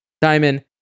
diamond